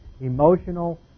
emotional